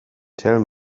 tell